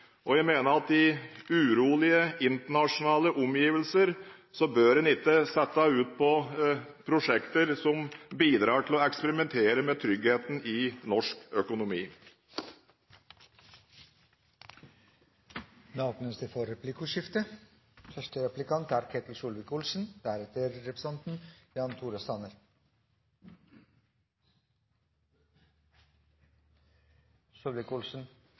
og jeg mener at en i urolige internasjonale omgivelser ikke bør sette i gang prosjekter som bidrar til å eksperimentere med tryggheten i norsk økonomi. Det blir replikkordskifte. Først må jeg si jeg synes det er